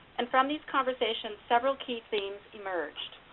and from these conversations several key themes emerged.